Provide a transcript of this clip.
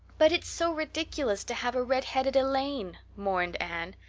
but it's so ridiculous to have a redheaded elaine, mourned anne.